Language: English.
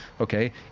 Okay